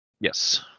Yes